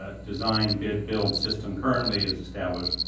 ah design bid build system currently is established.